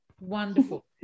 Wonderful